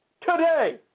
Today